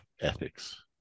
ethics